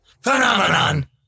Phenomenon